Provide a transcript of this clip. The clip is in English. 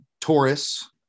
Taurus